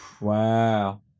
Wow